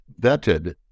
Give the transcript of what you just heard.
vetted